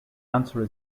answer